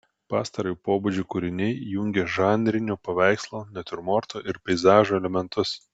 pastarojo pobūdžio kūriniai jungė žanrinio paveikslo natiurmorto ir peizažo elementus